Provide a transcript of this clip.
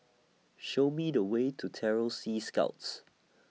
Show Me The Way to Terror Sea Scouts